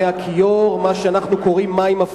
מי הכיור,